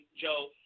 Joe